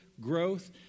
growth